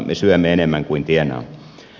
me syömme enemmän kuin tienaamme